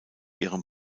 ihrem